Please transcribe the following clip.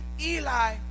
Eli